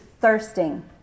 thirsting